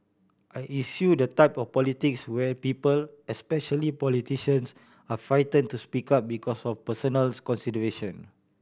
I eschew the type of politics where people especially politicians are frighten to speak up because of personals consideration